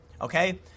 Okay